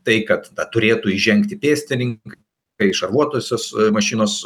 tai kad turėtų įžengti pėstininkai šarvuotosios mašinos